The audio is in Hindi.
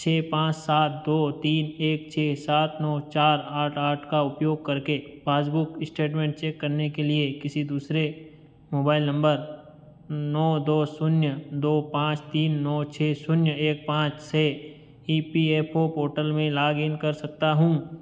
छ पाँच सात दो तीन एक छ सात नौ चार आठ आठ का उपयोग करके पासबुक स्टेटमेंट चेक करने के लिये किसी दूसरे मोबाईल नंबर नौ दो शून्य दो पाँच तीन नौ छ शून्य एक पाँच से E P F O portal में लागिन कर सकता हूँ